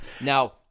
now